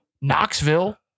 Knoxville